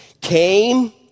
came